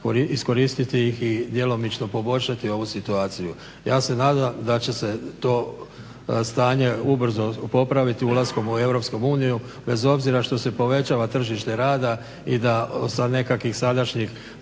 iskoristiti ih i djelomično poboljšati ovu situaciju. Ja se nadam da će se to stanje ubrzo popraviti ulaskom u Europsku uniju bez obzira što se povećava tržište rada i da nekakvih sadašnjih